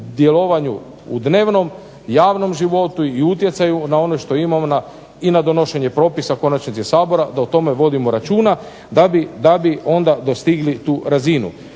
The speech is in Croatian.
u dnevnom, javnom životu i utjecaju na ono što imamo i na donošenje propisa u konačnici Sabora da o tome vodimo računa da bi onda dostigli tu razinu.